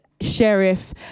Sheriff